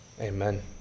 amen